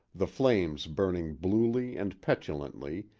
the flames burning bluely and petulantly,